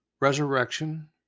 resurrection